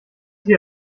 hier